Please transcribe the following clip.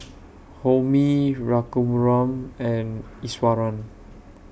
Homi Raghuram and Iswaran